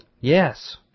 Yes